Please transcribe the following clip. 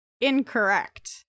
incorrect